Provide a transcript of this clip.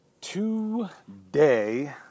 today